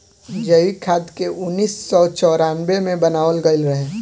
जैविक खाद के उन्नीस सौ चौरानवे मे बनावल गईल रहे